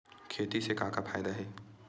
खेती से का का फ़ायदा हे?